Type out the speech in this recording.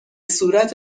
صورت